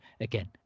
again